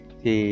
thì